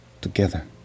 together